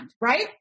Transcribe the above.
right